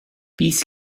beasts